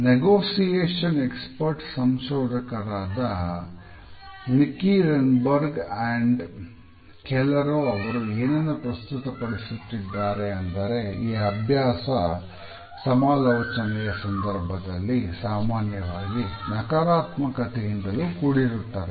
negotiation expert ಸಂಶೋಧಕರಾದ ನಿಕ್ಕಿರೆನ್ಬರ್ಗ್ and Calero ಅವರು ಏನನ್ನು ಪ್ರಸ್ತುತಪಡಿಸಿದ್ದಾರೆ ಅಂದರೆ ಈ ಅಭ್ಯಾಸ ಸಮಾಲೋಚನೆಯ ಸಂದರ್ಭದಲ್ಲಿ ಸಾಮಾನ್ಯವಾಗಿ ನಕಾರಾತ್ಮಕತೆ ಯಿಂದಲೂ ಕೂಡಿರುತ್ತದೆ